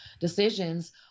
decisions